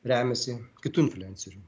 remiasi kitų infliuencerių